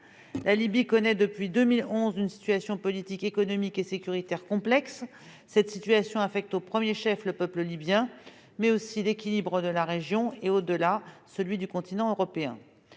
La Libye connaît, depuis 2011, une situation politique, économique et sécuritaire complexe, laquelle affecte au premier chef le peuple libyen, mais aussi l'équilibre de la région et, au-delà, celui du continent européen.